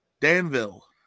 Danville